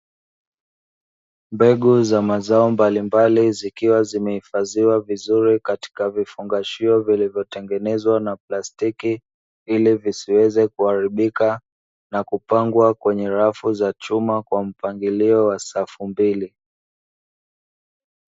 Mbegu za mazao mbalimbali zikiwa zimehifadhiwa vizuri katika vifungashio vilivyotengenezwa na plastiki ili visiweze kuharibika na kupangwa kwenye shelfu za chuma kwa mpangilio wa safu mbili.